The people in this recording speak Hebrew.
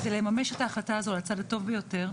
כדי לממש את ההחלטה הזו על הצד הטוב ביותר,